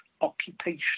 occupation